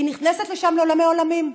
היא נכנסת לשם לעולמי-עולמים.